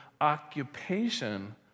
occupation